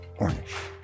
Ornish